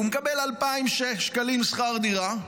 והוא מקבל 2,000 שקלים שכר דירה,